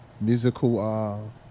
musical